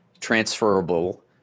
transferable